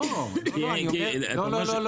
לא, אני אסביר.